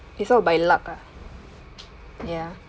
it's all by luck ah ya